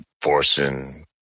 forcing